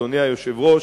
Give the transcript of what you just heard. אדוני היושב-ראש,